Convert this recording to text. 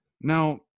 Now